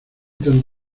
tan